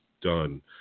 done